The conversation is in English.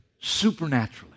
supernaturally